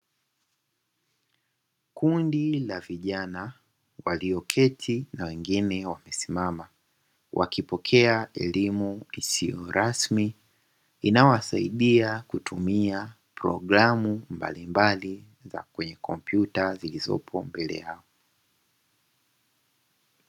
Kundi la vijana walioketi na wengine wamesimama wakipokea elimu isiyo rasmi inayowasaidia kutumia programu mbalimbali za kwenye kompyuta zilizopo mbele yao.